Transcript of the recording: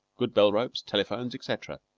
good bell-ropes, telephones, etc.